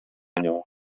nią